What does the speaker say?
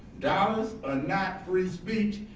dollars are not free speech.